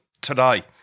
today